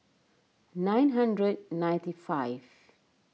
nine hundred ninety five